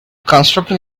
constructing